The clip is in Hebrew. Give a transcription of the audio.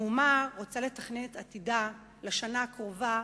אם אומה רוצה לתכנן את עתידה לשנה הקרובה,